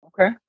Okay